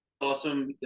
awesome